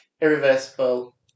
irreversible